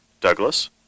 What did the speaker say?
Douglas